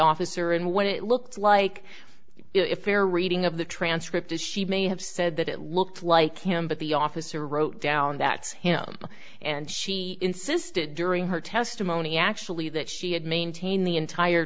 officer and what it looks like if they're reading of the transcript as she may have said that it looked like him but the officer wrote down that's him and she insisted during her testimony actually that she had maintained the entire